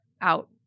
out